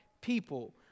people